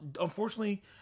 unfortunately